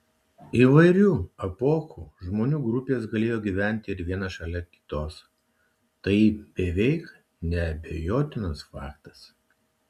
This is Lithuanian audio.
įvairių epochų žmonių grupės galėjo gyventi ir viena šalia kitos tai beveik neabejotinas faktas